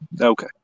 Okay